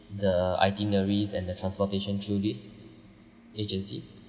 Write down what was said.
the itineraries and the transportation through this agency